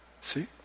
See